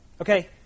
Okay